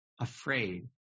afraid